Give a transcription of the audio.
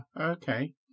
Okay